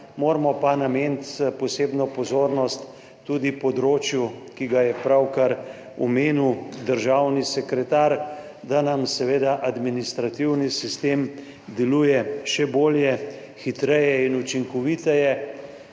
Moramo pa nameniti posebno pozornost tudi področju, ki ga je pravkar omenil državni sekretar, da nam seveda administrativni sistem deluje še bolje, hitreje in učinkoviteje.